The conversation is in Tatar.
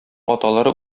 аталары